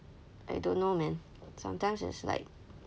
I don't know man sometimes it's like